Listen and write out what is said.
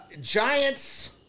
Giants